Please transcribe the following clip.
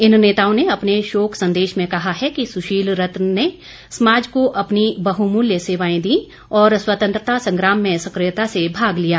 इन नेताओं ने अपने शोक संदेश में कहा है कि सुशील रतन ने समाज को अपनी बहुमूल्य सेवाएं दी और स्वतंत्रता संग्राम में सक्रियता से भाग लिया